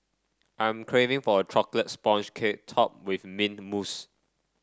I'm craving for a chocolate sponge cake topped with mint mousse